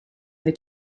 they